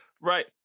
right